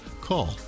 Call